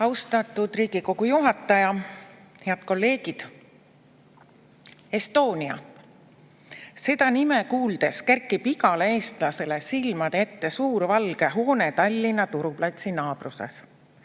Austatud Riigikogu juhataja! Head kolleegid! ""Estonia"! – seda nime kuuldes kerkib igale eestlasele silmade ette suur valge hoone Tallinna turuplatsi naabruses.